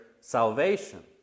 salvation